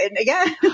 again